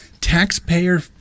Taxpayer